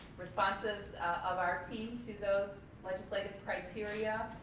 responses of our team to those legislative criteria,